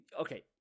okay